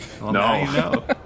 No